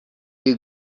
you